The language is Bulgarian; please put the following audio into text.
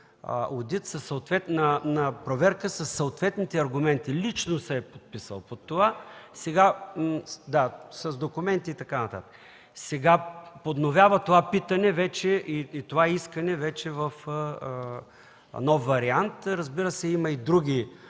одит, на проверка със съответните аргументи. Лично се е подписал под това с документи и така нататък. Сега подновява това искане вече в нов вариант. Разбира се, има и други